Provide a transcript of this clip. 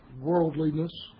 Worldliness